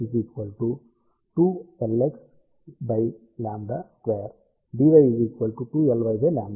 కాబట్టి Dx 2Lxλ2 Dy 2Lyλ2